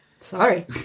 sorry